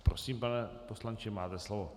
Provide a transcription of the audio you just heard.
Prosím, pane poslanče, máte slovo.